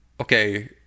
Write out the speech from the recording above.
Okay